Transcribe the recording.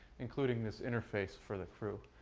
including this interface for the crew.